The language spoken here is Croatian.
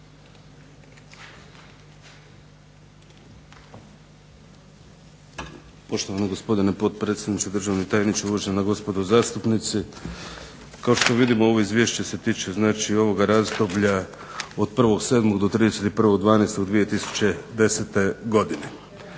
Poštovani gospodine potpredsjedniče, uvaženi tajniče, poštovana gospodo zastupnici. Kao što vidimo ovo Izvješće se tiče ovog razdoblja od 1. 7. do 31. 12. 2010. godine.